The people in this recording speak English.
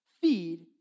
feed